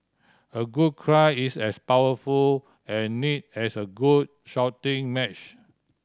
a good cry is as powerful and need as a good shouting match